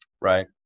Right